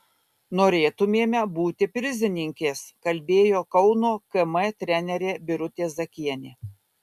norėtumėme būti prizininkės kalbėjo kauno km trenerė birutė zakienė